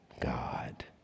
God